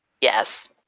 Yes